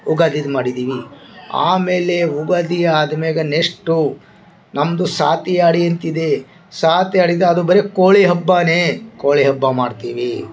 ಉಗಾದಿ ಮಾಡಿದ್ದೀವಿ ಆಮೇಲೆ ಉಗಾದಿ ಆದ ಮ್ಯಾಗ ನೆಷ್ಟು ನಮ್ಮದು ಸಾತಿಹಾಡಿ ಅಂತಿದೆ ಸಾತಿಹಾಡಿಗೆ ಅದು ಬರಿ ಕೋಳಿ ಹಬ್ಬನೆ ಕೋಳಿ ಹಬ್ಬ ಮಾಡ್ತೀವಿ